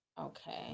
Okay